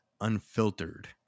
unfiltered